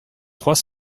trois